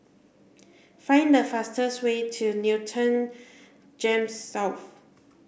find the fastest way to Newton GEMS South